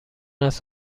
است